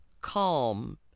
calm